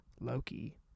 Loki